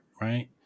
right